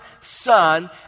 Son